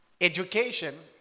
Education